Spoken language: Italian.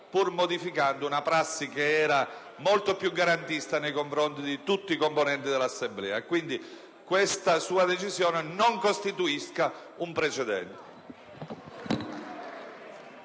pur se modificava una prassi che era molto più garantista nei confronti di tutti i componenti dell'Assemblea; che questa sua decisione non costituisca un precedente.